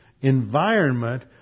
environment